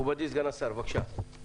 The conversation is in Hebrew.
מכובדי סגן השרה, בבקשה.